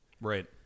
right